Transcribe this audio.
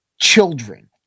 children